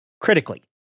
Critically